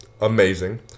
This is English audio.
Amazing